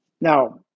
Now